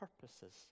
purposes